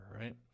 right